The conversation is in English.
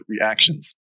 reactions